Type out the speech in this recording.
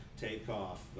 takeoff